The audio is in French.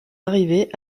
arrivée